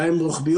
גם אם הן רוחביות,